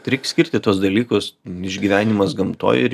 tai reik skirti tuos dalykus išgyvenimas gamtoj ir